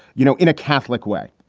you know, in a catholic way?